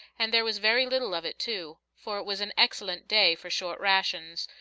and there was very little of it, too for it was an excellent day for short rations,